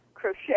Crochet